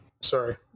sorry